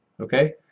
Okay